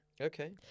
Okay